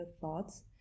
thoughts